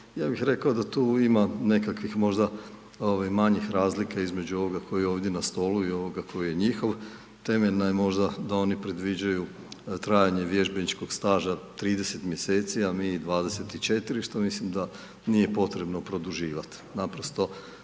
Ja bih rekao da tu ima nekakvih možda manjih razlika između ovoga koji je ovdje na stolu i ovoga koji je njihov. Temeljna je možda da oni predviđaju trajanje vježbeničkog staža 30 mjeseci, a mi 24, što mislim da nije potrebno produživat. Naprosto,